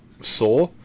Saw